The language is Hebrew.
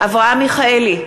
אברהם מיכאלי,